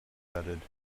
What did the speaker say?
gutted